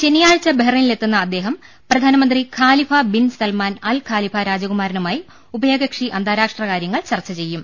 ശനിയാഴ്ച ബഹറൈനിലെത്തുന്ന അദ്ദേഹം പ്രധാനമന്ത്രി Khalifa bin Salman al Khalifa രാജകുമാരനുമായി ഉഭ യകക്ഷി അന്താരാഷ്ട്ര കാര്യങ്ങൾ ചർച്ച ചെയ്യും